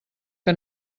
que